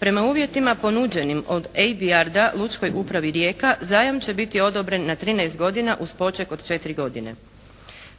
Prema uvjetima ponuđenim od ABR-da Lučkoj upravi Rijeka zajam će biti odobren na 13 godina uz poček od 4 godine.